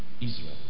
Israel